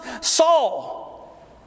Saul